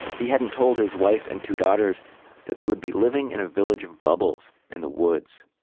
he hadn't told his wife and two daughters that they would be living in a village of bubbles in the woods.